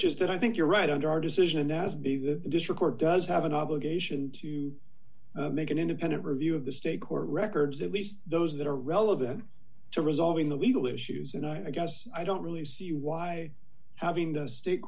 just that i think you're right and our decision as to be that this record does have an obligation to make an independent review of the state court records at least those that are relevant to resolving the legal issues and i guess i don't really see why having the state